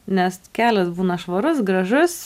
nes kelias būna švarus gražus